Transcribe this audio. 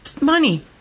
Money